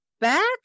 back